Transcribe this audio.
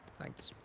thanks.